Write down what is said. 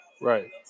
Right